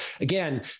again